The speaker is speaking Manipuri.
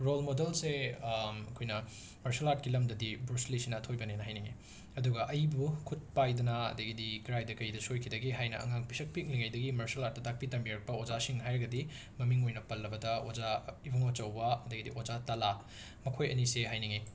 ꯔꯣꯜ ꯃꯣꯗꯦꯜꯁꯦ ꯑꯩꯈꯣꯏꯅ ꯃꯔꯁꯦꯜ ꯑꯥꯔꯠꯀꯤ ꯂꯝꯗꯗꯤ ꯕ꯭ꯔꯨꯁ ꯂꯤꯁꯤꯅ ꯑꯊꯣꯏꯕꯅꯦꯅ ꯍꯥꯏꯅꯤꯡꯏ ꯑꯗꯨꯒ ꯑꯩꯕꯨ ꯈꯨꯠ ꯄꯥꯏꯗꯨꯅ ꯑꯗꯒꯤꯗꯤ ꯀꯔꯥꯏꯗ ꯀꯔꯤꯗ ꯁꯣꯏꯈꯤꯗꯒꯦ ꯍꯥꯏꯅ ꯑꯉꯥꯡ ꯄꯤꯁꯛ ꯄꯤꯛꯂꯤꯉꯩꯗꯒꯤ ꯃꯔꯁꯦꯜ ꯑꯥꯔꯠꯇ ꯇꯥꯛꯄꯤ ꯇꯝꯕꯤꯔꯛꯄ ꯑꯣꯖꯥꯁꯤꯡ ꯍꯥꯏꯔꯒꯗꯤ ꯃꯃꯤꯡ ꯑꯣꯏꯅ ꯄꯜꯂꯕꯗ ꯑꯣꯖꯥ ꯏꯕꯨꯡꯉꯣꯆꯧꯕꯥ ꯑꯗꯒꯗꯤ ꯑꯣꯖꯥ ꯇꯥꯂꯥ ꯃꯈꯣꯏ ꯑꯅꯤꯁꯤ ꯍꯥꯏꯅꯤꯡꯏ